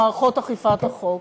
במערכות אכיפת החוק.